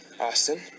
Austin